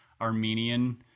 Armenian